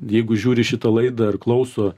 jeigu žiūri šitą laidą ar klauso